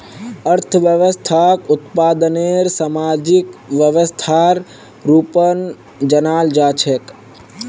अर्थव्यवस्थाक उत्पादनेर सामाजिक व्यवस्थार रूपत जानाल जा छेक